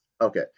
Okay